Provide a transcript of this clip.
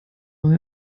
neu